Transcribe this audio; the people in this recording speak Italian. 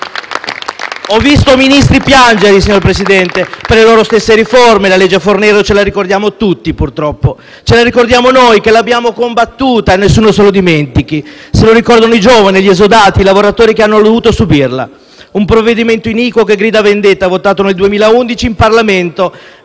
Ho visto Ministri piangere per le loro stesse riforme. La legge Fornero, ce la ricordiamo tutti, purtroppo. Ce la ricordiamo noi, che l'abbiamo combattuta, e nessuno se lo dimentichi. Se la ricordano i giovani, gli esodati, i lavoratori che hanno dovuto subirla. Un provvedimento iniquo che grida vendetta, votato nel 2011 in Parlamento